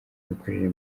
imikorere